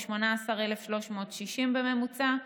ב-18,360 בממוצע,